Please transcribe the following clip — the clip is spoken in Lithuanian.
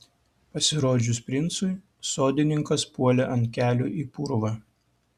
pasirodžius princui sodininkas puolė ant kelių į purvą